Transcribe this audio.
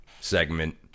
segment